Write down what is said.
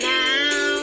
now